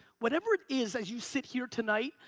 whatever it is, as you sit here tonight,